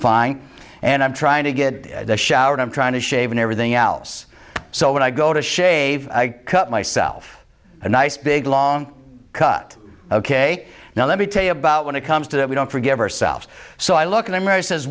fine and i'm trying to get a shower and i'm trying to shave and everything else so when i go to shave i cut myself a nice big long cut ok now let me tell you about when it comes to that we don't forgive ourselves so i look and i mary says